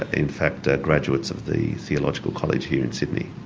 ah in fact, ah graduates of the theological college here in sydney.